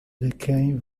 quem